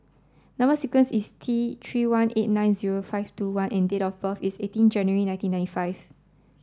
number sequence is T three one eight nine zero five two one and date of birth is eighteen January nineteen ninety five